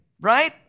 right